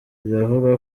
biravugwa